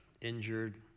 injured